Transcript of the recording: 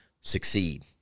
succeed